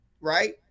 right